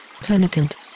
penitent